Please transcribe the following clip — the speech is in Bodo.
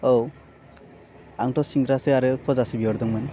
औ आंथ' सिंग्रासो आरो खजासो बिहरदोंमोन